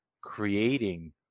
creating